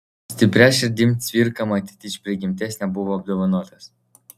stipria širdim cvirka matyt iš prigimties nebuvo apdovanotas